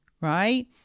right